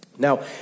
Now